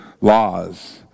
laws